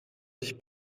dich